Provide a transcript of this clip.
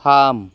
थाम